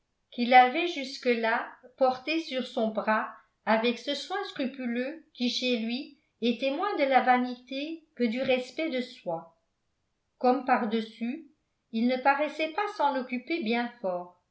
qu'il avait jusque-là porté sur son bras avec ce soin scrupuleux qui chez lui était moins de la vanité que du respect de soi comme pardessus il ne paraissait pas s'en occuper bien fort